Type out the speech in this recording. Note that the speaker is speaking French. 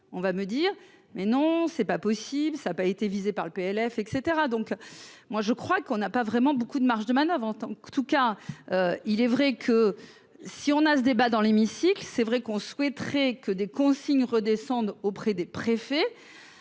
on va me dire : mais non c'est pas possible, ça a pas été visés par le PLF et cetera, donc moi je crois qu'on n'a pas vraiment beaucoup de marge de manoeuvre en tant qu'en tout cas, il est vrai que si on a ce débat dans l'hémicycle, c'est vrai qu'on souhaiterait que des consignes redescende auprès des préfets,